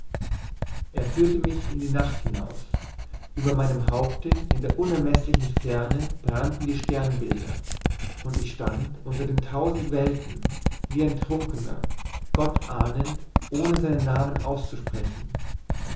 er führte mich in die nacht hinaus über meinem haupte in der unermeßlichen ferne brannten die sternbilder und ich stand unter den tausend welten wie ein trunkener gott ahnend ohne seinen namen auszusprechen